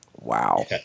Wow